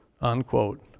Unquote